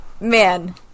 man